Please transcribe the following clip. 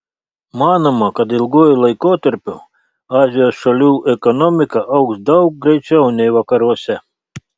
manoma kad ilguoju laikotarpiu azijos šalių ekonomika augs daug greičiau nei vakaruose